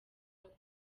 akora